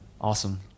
Awesome